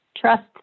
Trust